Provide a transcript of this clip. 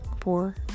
four